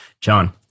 John